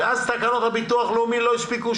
ואז תקנות הביטוח הלאומי לא הספיקו,